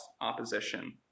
opposition